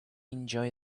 enjoy